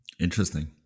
Interesting